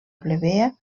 plebea